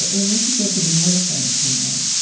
and this was after the neuroscience came out,